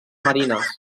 marines